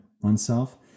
oneself